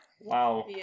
Wow